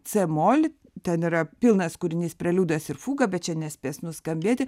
cė mol ten yra pilnas kūrinys preliudas ir fuga bet čia nespės nuskambėti